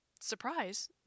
surprise